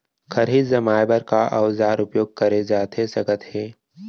खरही जमाए बर का औजार उपयोग करे जाथे सकत हे?